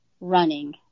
running